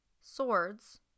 Swords